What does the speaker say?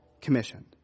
commissioned